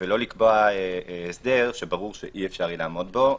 ולא לקבוע הסדר שברור שאי-אפשר יהיה לעמוד בו.